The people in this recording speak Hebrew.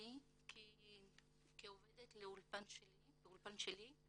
הגעתי כעובדת ב"אולפן שלי"